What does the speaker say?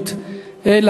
נשים שנתקלות באלימות,